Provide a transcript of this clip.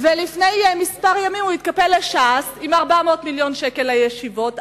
ולפני כמה ימים הוא התקפל לש"ס עם 400 מיליון שקל לישיבות,